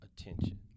attention